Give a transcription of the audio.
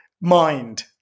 mind